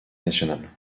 nationale